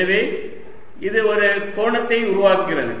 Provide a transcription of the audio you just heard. எனவே இது ஒரு கோணத்தை உருவாக்கிறது